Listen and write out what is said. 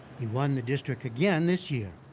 he won the district again this year.